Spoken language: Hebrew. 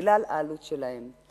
בגלל העלות שלהם.